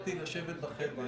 הוועדה תכבד אותה,